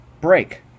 break